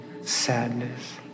sadness